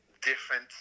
different